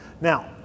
Now